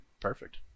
Perfect